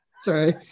Sorry